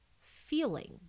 feeling